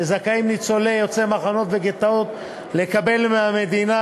שניצולים יוצאי מחנות וגטאות זכאים לקבל מהמדינה.